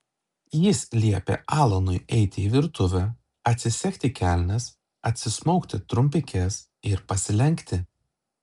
jis liepė alanui eiti į virtuvę atsisegti kelnes atsismaukti trumpikes ir pasilenkti